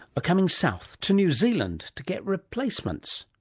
are coming south to new zealand to get replacements.